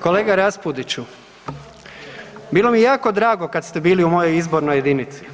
Kolega Raspudiću, bilo mi je jako drago kad ste bili u mojoj izbornoj jedinici,